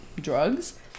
drugs